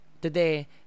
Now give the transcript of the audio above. today